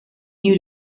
new